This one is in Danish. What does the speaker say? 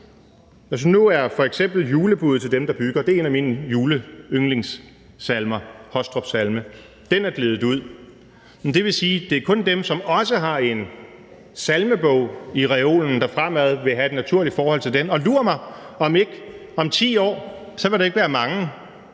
Nu er f.eks. »Julebudet til dem, der bygge« en af mine juleyndlingssalmer, en Hostrupsalme, gledet ud. Det vil sige, at det kun er dem, som også har en salmebog i reolen, der fremover vil have et naturligt forhold til den, og lur mig, om ikke der om 10 år ikke vil være mange,